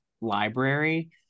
library